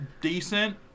decent